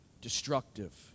destructive